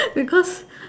because